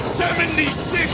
76